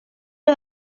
est